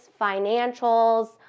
financials